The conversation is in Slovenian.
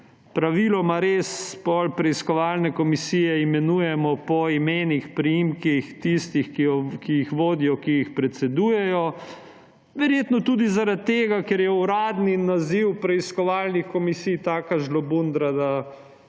Praviloma res potem preiskovalne komisije imenujemo po imenih, priimkih tistih, ki jih vodijo, ki jim predsedujejo, verjetno tudi zaradi tega, ker je uradni naziv preiskovalnih komisij taka žlobudra, da